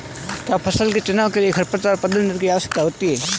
क्या फसल के चुनाव के लिए खरपतवार प्रबंधन भी आवश्यक है?